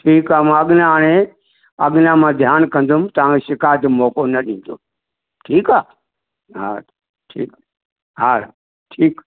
ठीक आ मां अॻियां हाणे अॻियां मां ध्यानु कंदुमि तव्हांखे शिकायतु जो मौक़ौ न ॾींदुमि ठीकु आहे ठीकु हा ठीकु